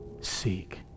seek